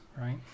Right